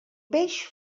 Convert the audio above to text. peix